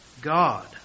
God